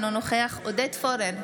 אינו נוכח עודד פורר,